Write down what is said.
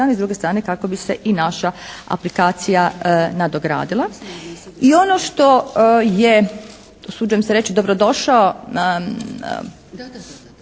i s druge strane kako bi se i naša aplikacija nadogradila. I ono što je usuđujem se reći dobro došao